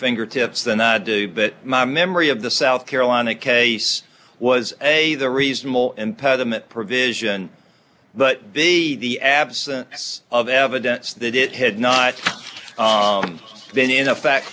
fingertips than i do but my memory of the south carolina case was a reasonable impediment provision but the absence of evidence that it had not been in effect